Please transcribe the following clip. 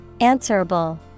answerable